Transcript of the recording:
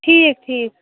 ٹھیٖک ٹھیٖک